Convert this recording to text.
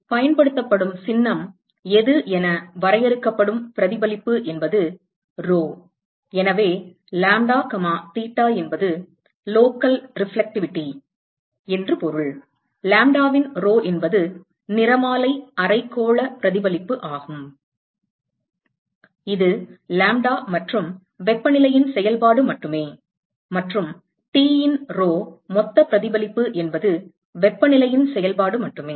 பயன்படுத்தப்படும் சின்னம் எது என வரையறுக்கப்படும் பிரதிபலிப்பு என்பது rho எனவே லாம்ப்டா கமா தீட்டா என்பது லோக்கல் பிரதிபலிப்பு என்று பொருள் லாம்ப்டாவின் rho என்பது நிறமாலை அரைக்கோள பிரதிபலிப்பு ஆகும் இது லாம்ப்டா மற்றும் வெப்பநிலையின் செயல்பாடு மட்டுமே மற்றும் T இன் Rho மொத்த பிரதிபலிப்பு என்பது வெப்பநிலையின் செயல்பாடு மட்டுமே